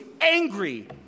angry